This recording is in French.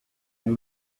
nous